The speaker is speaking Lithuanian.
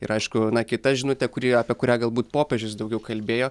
ir aišku na kita žinutė kuri apie kurią galbūt popiežius daugiau kalbėjo